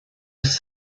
was